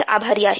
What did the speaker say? तर आभारी आहे